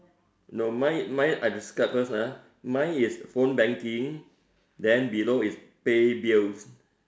no mine mine I describe first ah mine is phone banking then below is pay bills